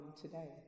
today